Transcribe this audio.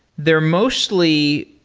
they're mostly